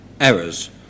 errors